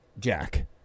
Jack